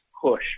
push